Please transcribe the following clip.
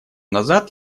назад